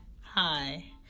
hi